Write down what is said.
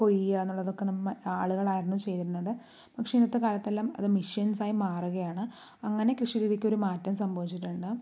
കൊയ്യുക എന്നുള്ളതൊക്കെ നമ്മൾ ആളുകളായിരുന്നു ചെയ്തിരുന്നത് പക്ഷേ ഇന്നത്തെ കാലത്തെല്ലാം അത് മെഷ്യൻസ് ആയി മാറുകയാണ് അങ്ങനെ കൃഷി രീതിയ്ക്ക് ഒരു മാറ്റം സംഭവിച്ചിട്ടുണ്ട്